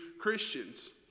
Christians